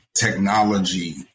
technology